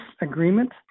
agreement